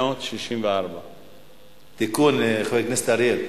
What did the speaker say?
1864. תיקון, חבר הכנסת אריאל.